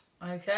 Okay